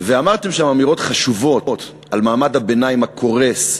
אמרתם אמירות חשובות על מעמד הביניים הקורס,